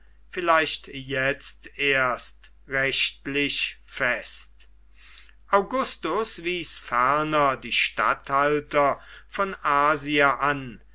vielleicht jetzt erst rechtlich fest augustus wies ferner die statthalter von asia an